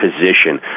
position